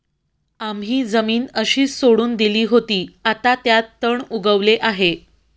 आम्ही जमीन अशीच सोडून दिली होती, आता त्यात तण उगवले आहे